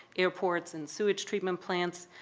airports, and sewage treatment plants.